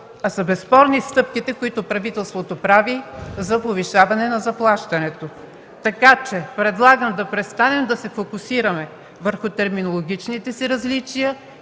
Безспорни са стъпките, които правителството прави за повишаване на заплащането. Така че предлагам да престанем да се фокусираме върху терминологичните си различия